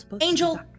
Angel